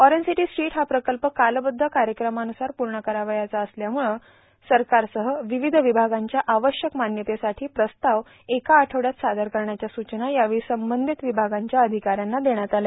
orange city street हा प्रकल्प कालबद्ध कार्यक्रमानुसार पूर्ण करावयाचा असल्यामुळं सरकारसह विविध विभागांच्या आवश्यक मान्यतेसाठीचे प्रस्ताव एक आठवड्यात सादर करण्याच्या सूचना यावेळी संबंधित विभागांच्या अधिकाऱ्यांना देण्यात आल्या